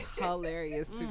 hilarious